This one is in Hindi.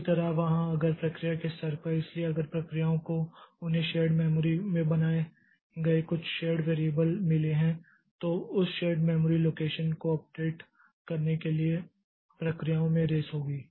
इसी तरह वहाँ अगर प्रक्रिया के स्तर पर इसलिए अगर प्रक्रियाओं को उन्हें शेर्ड मेमोरी में बनाए गए कुछ शेर्ड वेरियबल मिले हैं तो उस शेर्ड मेमोरी लोकेशन को अपडेट करने के लिए प्रक्रियाओं में रेस होगी